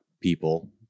people